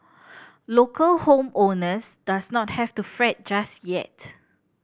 local home owners does not have to fret just yet